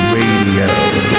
Radio